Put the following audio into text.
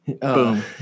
boom